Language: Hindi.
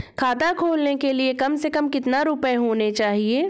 खाता खोलने के लिए कम से कम कितना रूपए होने चाहिए?